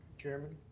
chairman.